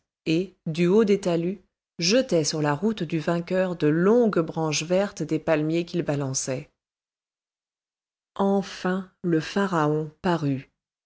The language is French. et du haut des talus jetait sur la route du vainqueur de longues branches vertes de palmier qu'il balançait enfin le pharaon parut